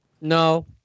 No